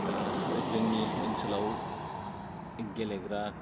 जोंनि ओनसोलाव गेलेग्रा